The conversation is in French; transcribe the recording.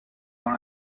dans